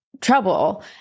trouble